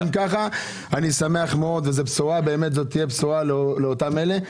אם כך, אני שמח מאוד וזו תהיה בשורה לאותם אנשים.